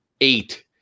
eight